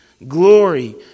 Glory